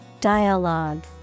Dialogue